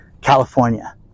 California